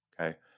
Okay